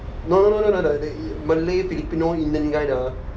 no no no no no the malay filipino indian guy the